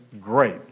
great